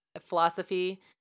philosophy